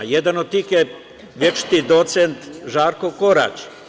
Jedan od tih je večiti docent Žarko Korać.